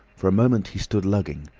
for a moment he stood lugging.